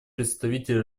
представитель